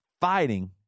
fighting